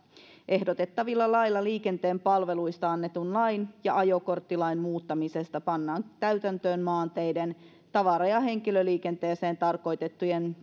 ehdotettavilla laeilla liikenteen palveluista annetun lain ja ajokorttilain muuttamisesta pannaan täytäntöön maanteiden tavara ja henkilöliikenteeseen tarkoitettujen